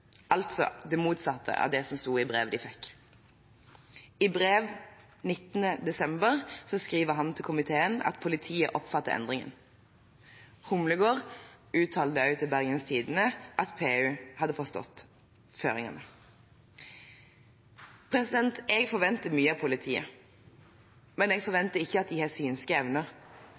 altså det motsatte av det som sto i brevet de fikk. I brev 19. desember skriver han til komiteen at politiet oppfattet endringen. Humlegård uttalte også til Bergens Tidende at PU hadde forstått føringene. Jeg forventer mye av politiet, men jeg